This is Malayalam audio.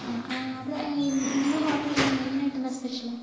ആ അവിടെ നി നിങ്ങടെ ഹോട്ടലിലെന്താണ് മെയിനായിട്ടെന്താണ് സ്പെഷ്യല്